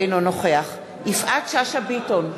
אינו נוכח יפעת שאשא ביטון,